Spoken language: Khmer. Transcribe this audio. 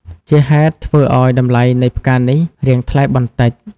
ជាហេតុធ្វើឱ្យតម្លៃនៃផ្កានេះ រៀងថ្លៃបន្តិច។